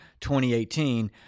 2018